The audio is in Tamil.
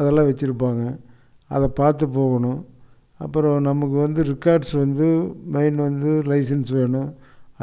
அதெல்லாம் வெச்சுருப்பாங்க அதை பார்த்து போகணும் அப்புறம் நமக்கு வந்து ரிக்கார்ட்ஸ் வந்து மெயின் வந்து லைசன்ஸ் வேணும்